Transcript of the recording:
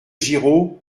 giraud